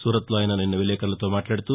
సూరత్ లో ఆయన నిన్న విలేకరులతో మాట్లాదుతూ